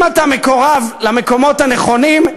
אם אתה מקורב למקומות הנכונים,